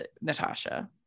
Natasha